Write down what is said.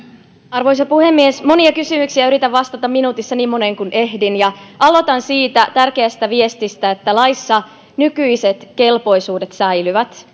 arvoisa puhemies monia kysymyksiä yritän vastata minuutissa niin moneen kuin ehdin aloitan siitä tärkeästä viestistä että laissa nykyiset kelpoisuudet säilyvät